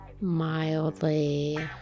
Mildly